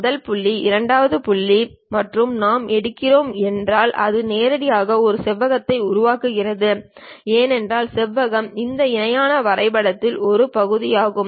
முதல் புள்ளி இரண்டாவது புள்ளி நாம் எடுக்கிறீர்கள் என்றால் அது நேரடியாக ஒரு செவ்வகத்தை உருவாக்குகிறது ஏனெனில் செவ்வகம் இந்த இணையான வரைபடத்தின் ஒரு பகுதியாகும்